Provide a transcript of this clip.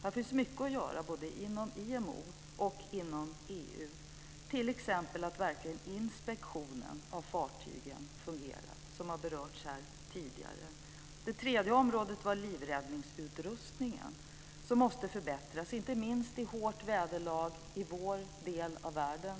Där finns mycket att göra både inom IMO och inom EU, t.ex. att inspektionen av fartygen verkligen fungerar. Frågan har berörts tidigare. Det tredje området var livräddningsutrustningen. Den måste förbättras, inte minst för hårt väderlag i vår del av världen.